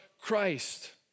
Christ